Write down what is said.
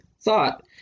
thought